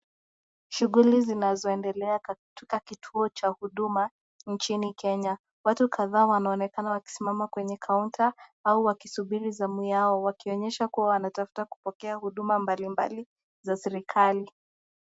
Shuguli zinazo endelea katika kituo cha huduma nchini Kenya, watu kadhaa wanaonekana wakisimama kwenye counter wakisubiri zamu yao wakionyesha kua wanatafuta kupokea huduma mbalimbali za serikali.